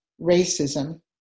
racism